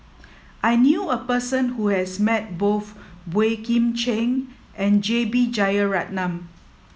I knew a person who has met both Boey Kim Cheng and J B Jeyaretnam